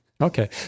Okay